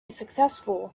successful